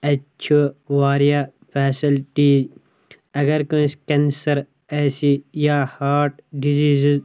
اَتہِ چھُ واریاہ فیسلٹی اَگر کٲنٛسہِ کینسر آسہِ یا ہاٹ ڈزیزز